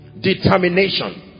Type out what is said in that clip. Determination